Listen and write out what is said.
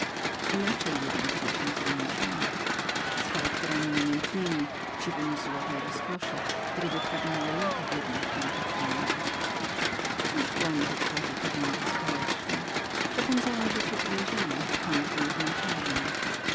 inaczej jednak dzieje się z gienjuszami z charakterami namiętnemi chciwemi złota i rozkoszy któreby pragnęły lata w jednej chwili pochłonąć cóż dla nich utworzył porządek towarzyski przepędzą życie w więzieniach i skończą je